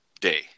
day